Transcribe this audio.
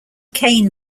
cain